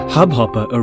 Hubhopper